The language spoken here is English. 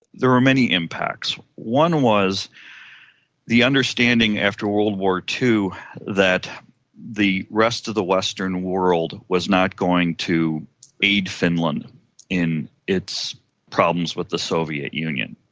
there were many impacts. one was the understanding after world war two that the rest of the western world was not going to aid finland in its problems with the soviet union.